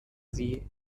sie